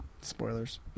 spoilers